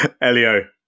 Elio